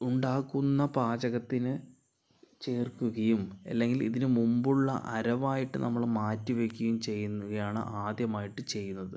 ഉണ്ടാക്കുന്ന പാചകത്തിന് ചേർക്കുകയും അല്ലെങ്കിൽ ഇതിനു മുമ്പുള്ള അരവായിട്ട് നമ്മൾ മാറ്റിവെക്കുകയും ചെയ്യുകയാണ് ആദ്യമായിട്ട് ചെയ്യുന്നത്